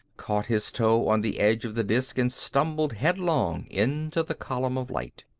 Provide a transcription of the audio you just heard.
caught his toe on the edge of the disk and stumbled headlong into the column of light.